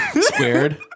Squared